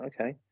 okay